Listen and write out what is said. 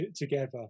together